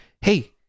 Hey